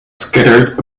scattered